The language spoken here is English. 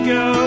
go